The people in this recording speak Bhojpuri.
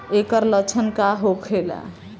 ऐकर लक्षण का होखेला?